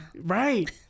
Right